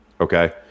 okay